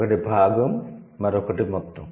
ఒకటి భాగం మరొకటి మొత్తం